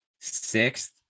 sixth